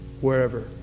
wherever